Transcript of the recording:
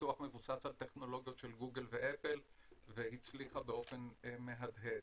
לפיתוח שמבוסס על טכנולוגיות של גוגל ואפל והצליחה באופן מהדהד.